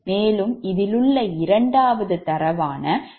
மேலும் இதிலுள்ள இரண்டாவது தரவு 0